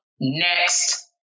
next